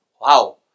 Wow